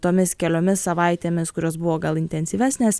tomis keliomis savaitėmis kurios buvo gal intensyvesnės